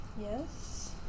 Yes